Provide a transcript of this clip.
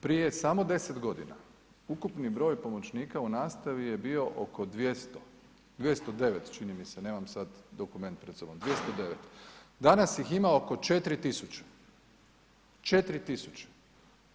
Prije samo 10 godina ukupni broj pomoćnika u nastavi je bio oko 200, 209 čini mi se nemam sad dokument pred sobom, danas ih ima oko 4.000, 4.000.